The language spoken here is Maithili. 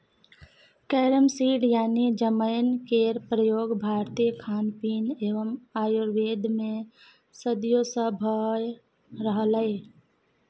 कैरम सीड यानी जमैन केर प्रयोग भारतीय खानपीन एवं आयुर्वेद मे सदियों सँ भ रहलैए